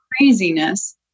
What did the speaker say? craziness